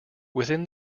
within